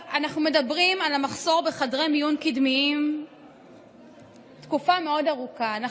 אנחנו מדברים על המחסור בחדרי מיון קדמיים תקופה ארוכה מאוד.